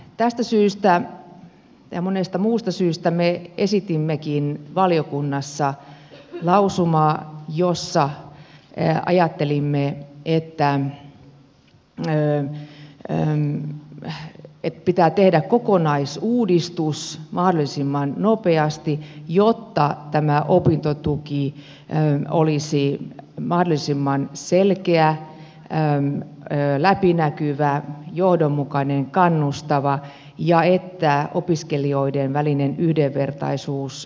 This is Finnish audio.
tästä syystä ja monesta muusta syystä me esitimmekin valiokunnassa lausumaa jossa ajattelimme että pitää tehdä kokonaisuudistus mahdollisimman nopeasti jotta tämä opintotuki olisi mahdollisimman selkeä läpinäkyvä johdonmukainen kannustava ja että opiskelijoiden välinen yhdenvertaisuus paranisi